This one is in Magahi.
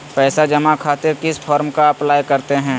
पैसा जमा खातिर किस फॉर्म का अप्लाई करते हैं?